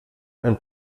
ein